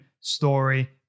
story